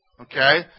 Okay